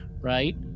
right